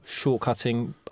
shortcutting